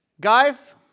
Guys